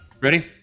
Ready